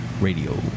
radio